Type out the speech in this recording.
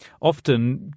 often